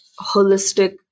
holistic